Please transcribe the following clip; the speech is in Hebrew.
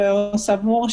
והוא סבור,